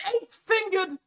eight-fingered